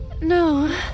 no